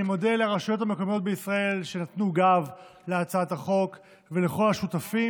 אני מודה לרשויות המקומיות בישראל שנתנו גב להצעת החוק ולכל השותפים.